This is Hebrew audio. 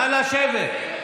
נא לשבת.